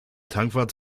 tankwart